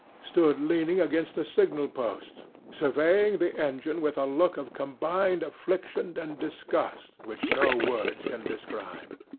stood leaning against a signal-post, surveying the engine with a look of combined affliction and disgust which no words can describe.